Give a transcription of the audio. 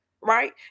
right